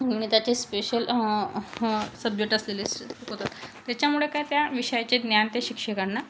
गणिताचे special subject असलेले शिकवतात त्याच्यामुळे काय त्या विषयाचे ज्ञान त्या शिक्षकांना